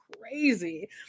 crazy